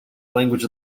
language